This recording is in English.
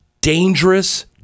dangerous